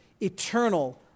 eternal